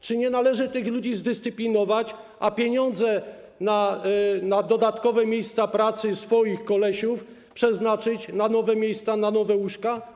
Czy nie należy tych ludzi zdyscyplinować, a pieniądze na dodatkowe miejsca pracy swoich kolesiów przeznaczyć na nowe miejsca, na nowe łóżka?